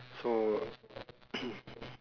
so